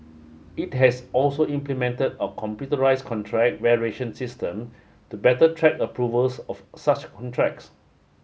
it has also implemented a computerised contract variation system to better track approvals of such contracts